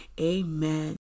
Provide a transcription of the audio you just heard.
Amen